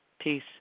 Peace